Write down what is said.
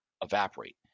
evaporate